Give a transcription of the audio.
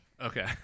Okay